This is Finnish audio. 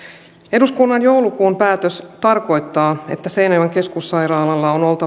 eduskunnan joulukuun päätös tarkoittaa että seinäjoen keskussairaalalla on oltava valmiudet